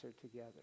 together